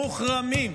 מוחרמים,